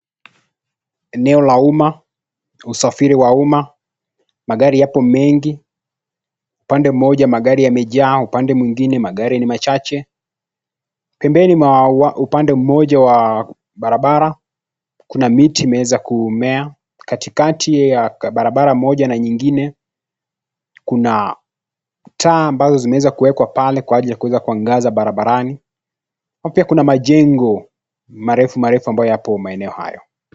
Eneo la umma. Usafiri wa umma. Magari yapo mengi. Upande mmoja magari yamejaa, upande mwengine ni machache. Pembeni mwa upande mmoja wa barabara, kuna miti imeweza kumea, katikati ya barabara moja na nyingine, kuna taa ambazo zimeweza kuwekwa pale kwa ajili ya kuweza kuangaza barabarani. Pia kuna majengo marefu marefu ambayo yapo maeneo hayo.